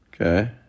Okay